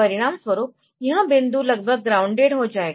परिणामस्वरूप यह बिंदु लगभग ग्राउंडेड हो जाएगा